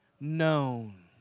Known